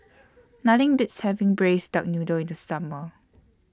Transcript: Nothing Beats having Braised Duck Noodle in The Summer